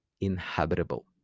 inhabitable